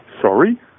Sorry